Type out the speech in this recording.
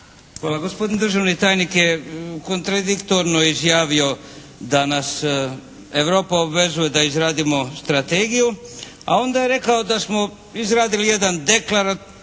Hvala. Gospodin državni tajnik je kontradiktorno izjavio da nas Europa obvezuje da izradimo strategiju, a onda je rekao da smo izradili jedan deklaratorni